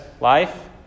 life